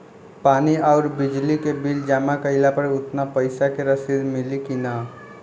पानी आउरबिजली के बिल जमा कईला पर उतना पईसा के रसिद मिली की न?